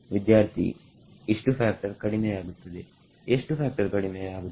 ವಿದ್ಯಾರ್ಥಿಇಷ್ಟು factor ಕಡಿಮೆಯಾಗುತ್ತದೆ ಎಷ್ಟು factor ಕಡಿಮೆಯಾಗುತ್ತದೆ